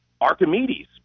Archimedes